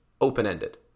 open-ended